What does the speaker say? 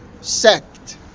sect